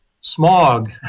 smog